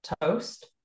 toast